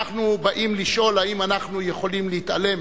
אנחנו באים לשאול אם אנחנו יכולים להתעלם